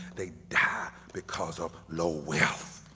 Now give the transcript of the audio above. they die because of low wealth.